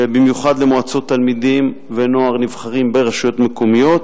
במיוחד למועצות תלמידים ונוער נבחרים ברשויות מקומיות,